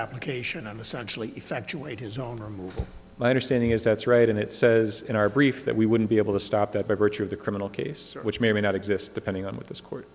application and essential effectuate his own removal my understanding is that's right and it says in our brief that we wouldn't be able to stop that by virtue of the criminal case which may or may not exist depending on what this court